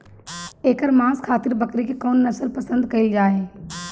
एकर मांस खातिर बकरी के कौन नस्ल पसंद कईल जाले?